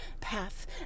path